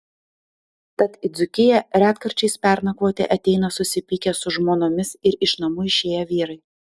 tad į dzūkiją retkarčiais pernakvoti ateina susipykę su žmonomis ir iš namų išėję vyrai